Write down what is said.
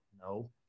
No